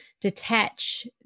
detach